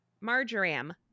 Marjoram